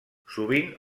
sovint